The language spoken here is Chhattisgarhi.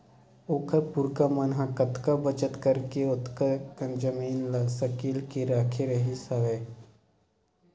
ओखर पुरखा मन ह कतका बचत करके ओतका कन जमीन ल सकेल के रखे रिहिस हवय